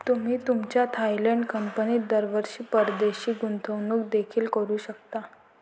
तुम्ही तुमच्या थायलंड कंपनीत दरवर्षी परदेशी गुंतवणूक देखील करू शकता